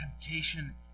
temptation